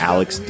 Alex